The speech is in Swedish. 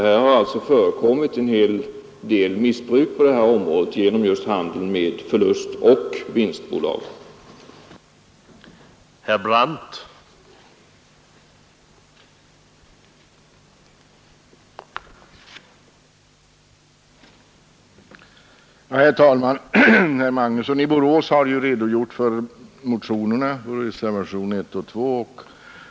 Det har nämligen förekommit en hel del missbruk på detta område genom just handeln med förlustoch vinstbolag, som det gäller att förhindra.